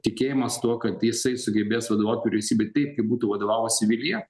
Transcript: tikėjimas tuo kad jisai sugebės vadovaut vyriausybei taip kaip būtų vadovavusi vilija